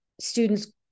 students